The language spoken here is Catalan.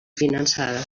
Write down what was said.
finançada